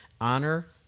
honor